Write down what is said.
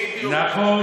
נכון.